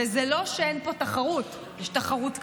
וזה לא שאין פה תחרות, יש תחרות קשה.